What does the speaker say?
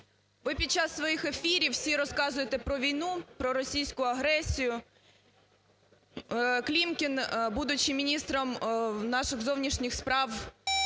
Ви під час своїх ефірів всі розказуєте про війну, про російську агресію, Клімкін, будучи міністром наших зовнішніх справ,